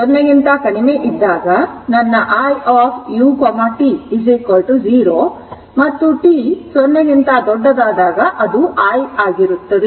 ಆದ್ದರಿಂದ t 0 ಗಿಂತ ಕಡಿಮೆ ಇದ್ದಾಗ ನನ್ನ i u t 0 ಮತ್ತು t 0 ಗಿಂತ ದೊಡ್ಡದಾದಾಗ ಅದು i ಆಗಿರುತ್ತದೆ